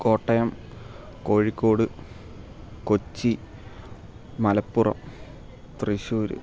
Kottayam Kozhikode Kochi Malappuram Thrissur